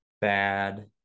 bad